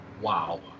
Wow